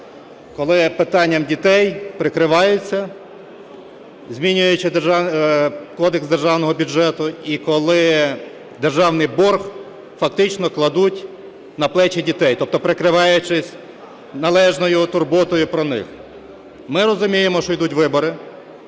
коли питанням дітей прикриваються, змінюючи кодекс державного бюджету і коли державний борг фактично кладуть на плечі дітей, тобто прикриваючись належною турботою про них. Ми розуміємо, що йдуть вибори,